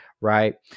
right